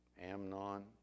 Amnon